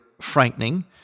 frightening